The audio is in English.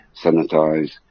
sanitize